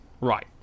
Right